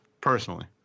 personally